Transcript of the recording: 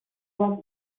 was